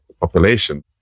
population